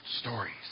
stories